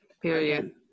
period